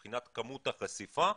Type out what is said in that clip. מבחינת כמות החשיפה,